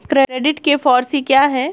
Credit के four C क्या हैं?